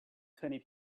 twenty